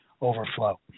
overflow